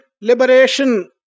liberation